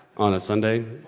on a sunday.